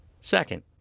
Second